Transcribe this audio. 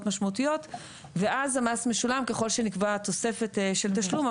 משמעותיות ואז ככל שנקבע תוספת של תשלום,